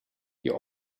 you